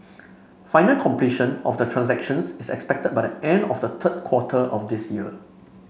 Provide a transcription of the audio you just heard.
final completion of the transactions is expected by the end of the third quarter of this year